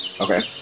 Okay